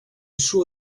suo